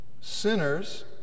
sinners